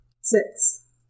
Six